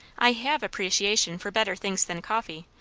i have appreciation for better things than coffee.